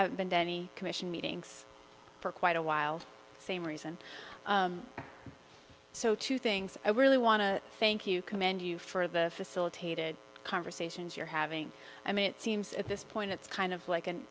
have been to any commission meetings for quite a while same reason so two things i really want to thank you commend you for the facilitated conversations you're having i mean it seems at this point it's kind of like an